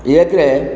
ଏକ